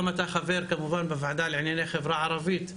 אתה גם חבר בוועדה לענייני החברה הערבית,